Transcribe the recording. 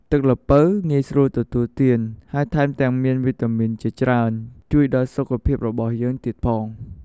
ទឹកល្ពៅ ងាយស្រួលទទួលទាន ហើយថែមទាំងមានវីតាមីនជាច្រើនជួយដល់សុខភាពរបស់យើងទៀតផង។